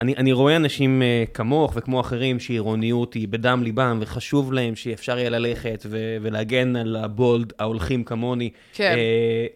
אני רואה אנשים כמוך וכמו אחרים שעירוניות היא בדם ליבם, וחשוב להם שאפשר יהיה ללכת ולהגן על הבולד ההולכים כמוני. כן.